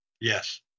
Yes